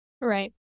Right